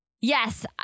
yes